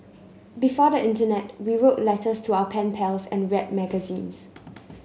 before the Internet we wrote letters to our pen pals and read magazines